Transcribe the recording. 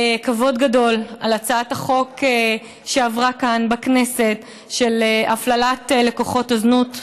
כבוד גדול על הצעת החוק שעברה כאן בכנסת של הפללת לקוחות זנות.